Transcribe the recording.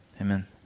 amen